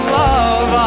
love